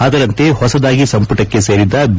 ಅದರಂತೆ ಹೊಸದಾಗಿ ಸಂಪುಟಕ್ಕೆ ಸೇರಿದ ಬಿ